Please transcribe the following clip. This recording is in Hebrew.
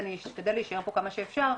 אני אשתדל להישאר פה כמה שאפשר,